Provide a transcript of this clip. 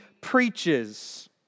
preaches